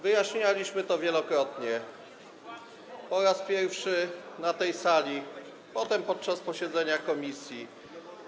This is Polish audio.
Wyjaśnialiśmy to wielokrotnie, po raz pierwszy - na tej sali, potem podczas posiedzenia komisji.